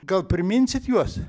gal priminsit juos